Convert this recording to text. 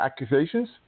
accusations